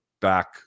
back